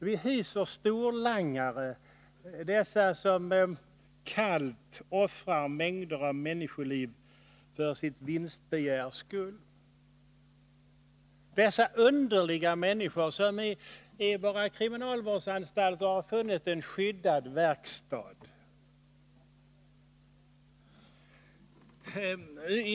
Vi hyser storlangare, dessa som kallt offrar mängder av människoliv för sitt vinstbegärs skull, dessa underliga människor som i våra kriminalvårdsanstalter har funnit en skyddad verkstad.